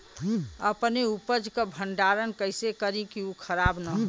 अपने उपज क भंडारन कइसे करीं कि उ खराब न हो?